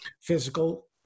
physical